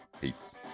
Peace